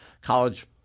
college